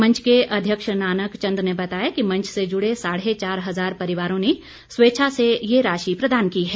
मंच के अध्यक्ष नानक चंद ने बताया कि मंच से जुड़े साढ़े चार हजार परिवारों ने स्वेच्छा से ये राशि प्रदान की है